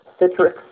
Citrix